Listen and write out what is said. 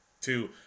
Two